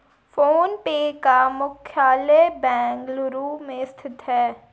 phone पे का मुख्यालय बेंगलुरु में स्थित है